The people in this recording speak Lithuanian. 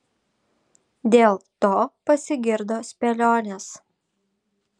dėl to pasigirdo spėlionės